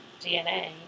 DNA